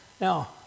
Now